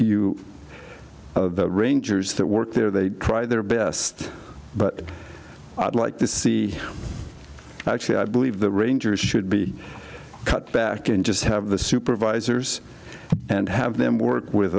think rangers that work there they try their best but i'd like to see actually i believe the rangers should be cut back and just have the supervisors and have them work with